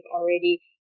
already